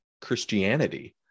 christianity